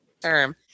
term